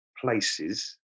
places